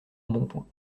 embonpoint